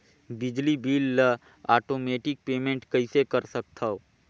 बिजली बिल ल automatic payment कइसे कर सकथव?